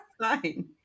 fine